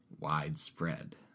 widespread